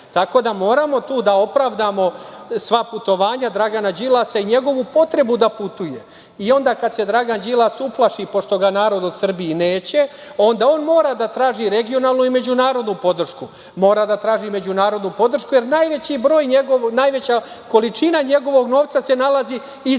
Tako da moramo tu da opravdamo sva putovanja Dragana Đilasa i njegovu potrebu da putuje. Onda kada se Dragan Đilas uplaši, pošto ga narod u Srbiji neće, onda on mora da traži regionalnu i međunarodnu podršku. Mora da traži međunarodnu podršku, jer najveća količina njegovog novca se nalazi izvan